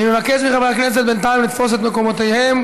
אני מבקש מחברי הכנסת בינתיים לתפוס את מקומותיהם.